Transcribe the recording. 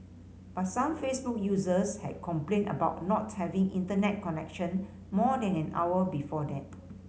but some Facebook users had complained about not having Internet connection more than an hour before that